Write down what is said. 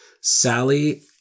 Sally